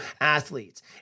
athletes